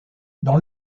dans